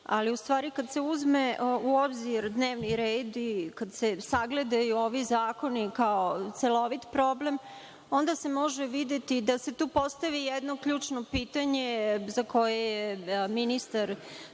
panike, ali kada se uzme u obzir dnevni red i kada se sagledaju ovi zakoni kao celovit problem, onda se može postaviti jedno ključno pitanje za koje je ministar